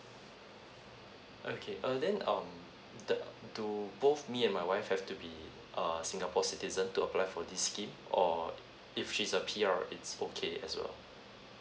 okay uh then um the do both me and my wife have to be err singapore citizen to apply for this scheme or if she's a P_R it's okay as well